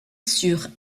sur